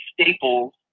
staples